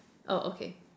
oh okay